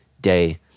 day